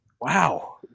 Wow